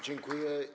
Dziękuję.